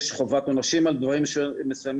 יש חובת עונשים על דברים מסוימים,